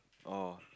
oh